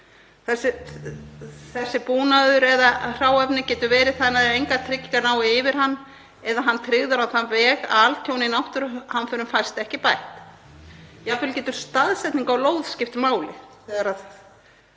Þessi búnaður eða hráefni getur verið þannig að engar tryggingar nái yfir hann eða hann tryggður á þann veg að altjón í náttúruhamförum fáist ekki bætt. Jafnvel getur staðsetning á lóð skipt máli þegar